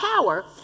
power